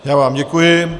Já vám děkuji.